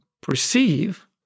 perceive